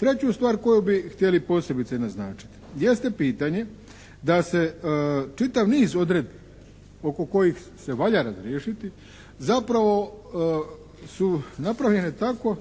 Treću stvar koju bi htjeli posebice naznačiti jeste pitanje da se čitav niz odredbi oko kojih se valja razriješiti zapravo su napravljene tako